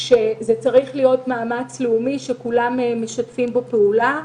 שזה צריך להיות מאמץ לאומי שכולם משתפים בו פעולה.